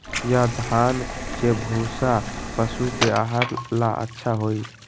या धान के भूसा पशु के आहार ला अच्छा होई?